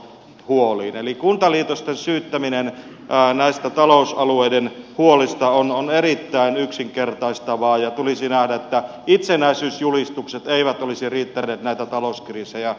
kuntaliitosten syyttäminen näistä talousalueiden huolista on erittäin yksinkertaistavaa ja tulisi nähdä että itsenäisyysjulistukset eivät olisi riittäneet näitä talouskriisejä torjumaan